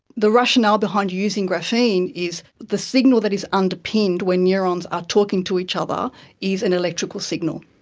the rationale behind using graphene is the signal that is underpinned when neurons are talking to each other is an electrical signal,